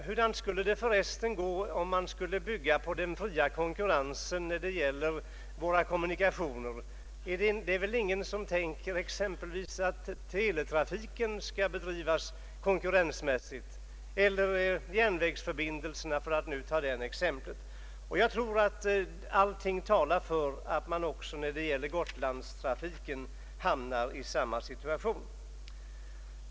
Hur skulle det för övrigt gå om man byggde på den fria konkurrensen när det gäller våra kommunikationer? Det är väl ingen som exempelvis tänker sig att teletrafiken skall bedrivas konkurrensmässigt liksom inte heller järnvägarna för att nämna ett annat exempel. Allting talar för att inte heller Gotlandstrafiken kan bedrivas konkurrensmässigt.